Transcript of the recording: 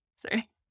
Sorry